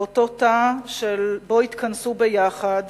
לאותו תא שבו התכנסו ביחד